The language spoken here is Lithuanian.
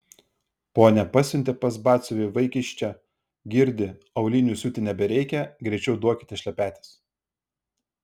ponia pasiuntė pas batsiuvį vaikiščią girdi aulinių siūti nebereikia greičiau duokite šlepetes